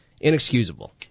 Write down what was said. Inexcusable